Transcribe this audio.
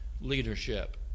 leadership